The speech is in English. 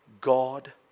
God